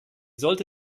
sollte